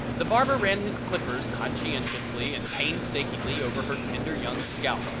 the barber ran his clippers conscientiously and painstakingly over her tender young scalp,